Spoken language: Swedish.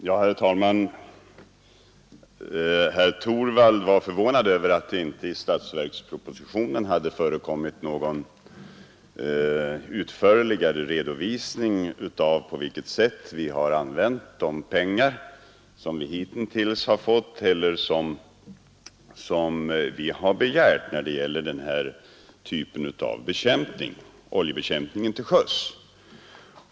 Herr talman! Herr Torwald var förvånad över att det inte i statsverkspropositionen hade förekommit någon utförligare redovisning av på vilket sätt vi har använt de pengar som vi hitintills fått eller som vi har begärt när det gäller oljebekämpning till sjöss.